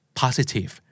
positive